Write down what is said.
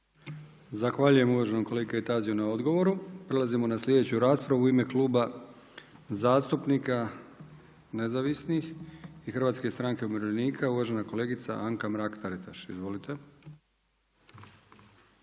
Zahvaljujem uvaženom kolegi Kajtaziju na odgovoru. Prelazimo na slijedeću raspravu u ime Kluba zastupnika nezavisnih i HSU-a, uvažena kolegica Anka Mrak-Taritaš. Izvolite.